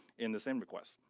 in the same request,